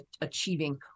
achieving